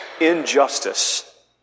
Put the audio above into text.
injustice